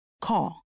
Call